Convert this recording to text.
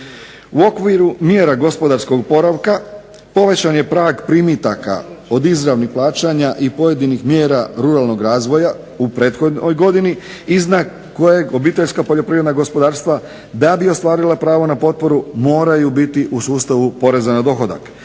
U okviru mjera gospodarskog oporavka povećan je prag primitaka od izravnih plaćanja i pojedinih mjera ruralnog razvoja u prethodnoj godini iznad kojeg OPG da bi ostvarila pravo na potporu moraju biti u sustavu poreza na dohodak